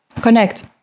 Connect